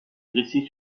dressé